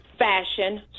fashion